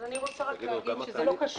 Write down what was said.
אז אני רוצה רק להגיד שזה לא קשור.